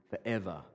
forever